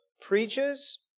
preaches